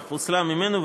אך פוצלה ממנו,